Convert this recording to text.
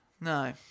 no